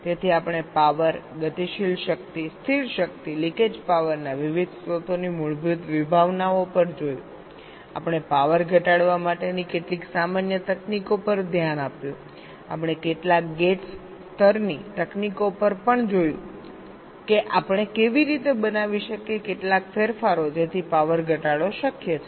તેથી આપણે પાવર ગતિશીલ શક્તિ સ્થિર શક્તિ લિકેજ પાવરના વિવિધ સ્ત્રોતોની મૂળભૂત વિભાવનાઓ પર જોયું આપણે પાવર ઘટાડવા માટેની કેટલીક સામાન્ય તકનીકો પર ધ્યાન આપ્યું આપણે કેટલાક ગેટ્સ સ્તરની તકનીકો પર પણ જોયું કે આપણે કેવી રીતે બનાવી શકીએ કેટલાક ફેરફારો જેથી પાવર ઘટાડો શક્ય છે